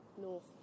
north